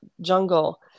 Jungle